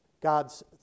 God's